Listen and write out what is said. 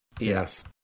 Yes